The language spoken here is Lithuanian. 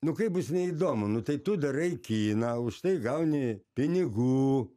nu kaip bus neįdomu nu tai tu darai kiną už tai gauni pinigų